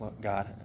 God